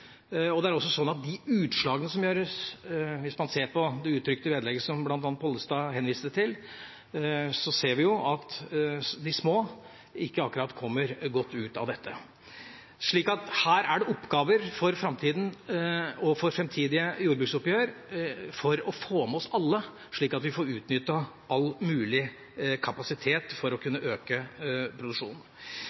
over. Det er også sånn at når det gjelder de utslagene som beregnes, ser man, hvis man ser på det utrykte vedlegget som bl.a. Pollestad henviste til, at de små ikke akkurat kommer godt ut av dette. Her er det oppgaver for framtiden og for framtidige jordbruksoppgjør for å få med oss alle, sånn at vi får utnyttet all mulig kapasitet for å kunne øke produksjonen.